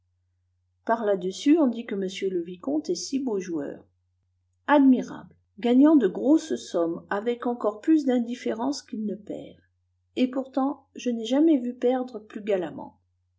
par là-dessus on dit que m le vicomte est si beau joueur admirable gagnant de grosses sommes avec encore plus d'indifférence qu'il ne perd et pourtant je n'ai jamais vu perdre plus